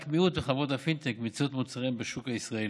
רק מיעוט מחברות הפינטק מציעות את מוצריהן בשוק הישראלי.